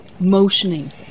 Motioning